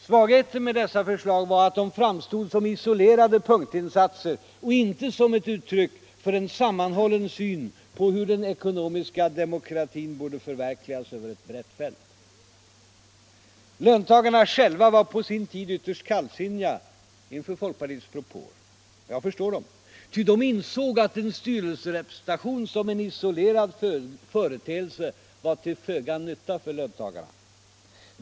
Svagheten med dessa förslag var att de framstod som isolerade punktinsatser och inte som ett uttryck för en sammanhållen syn på hur den ekonomiska demokratin borde förverkligas över ett brett fält. Löntagarna själva var på sin tid ytterst kallsinniga inför folkpartiets propåer. Jag förstår dem. Ty de insåg att en styrelserepresentation som en isolerad företeelse var till föga nytta för löntagarna.